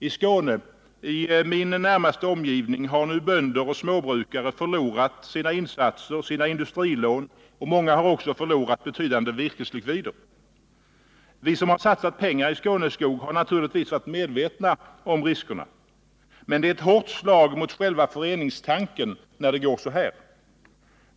I Skåne, i min närmaste omgivning, har nu bönder och småbrukare förlorat sina insatser och sina industrilån. Många har också förlorat betydande virkeslikvider. Vi som har satsat pengar i Skåneskog har naturligtvis varit medvetna om riskerna. Men det är ett hårt slag mot själva föreningstanken, när det går så här.